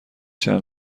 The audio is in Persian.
چند